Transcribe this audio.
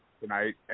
tonight